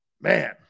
Man